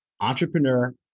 entrepreneur